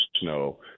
snow